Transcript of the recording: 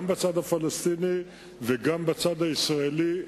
גם בצד הפלסטיני וגם בצד הישראלי.